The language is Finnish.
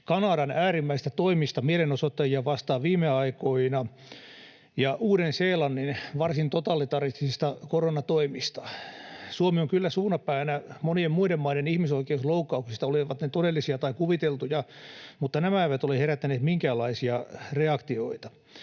Kanadan äärimmäisistä toimista mielenosoittajia vastaan viime aikoina ja Uuden-Seelannin varsin totalitaristisista koronatoimista. Suomi on kyllä suuna päänä monien muiden maiden ihmisoikeusloukkauksista, olivat ne todellisia tai kuviteltuja, mutta nämä eivät ole herättäneet minkäänlaisia reaktioita.